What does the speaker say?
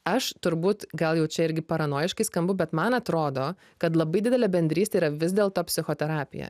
aš turbūt gal jau čia irgi paranojiškai skambu bet man atrodo kad labai didelė bendrystė yra vis dėl to psichoterapija